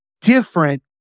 different